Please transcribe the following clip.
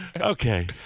Okay